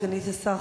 סגנית השר,